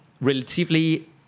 relatively